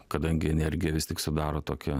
kadangi energija vis tik sudaro tokią